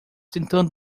tentando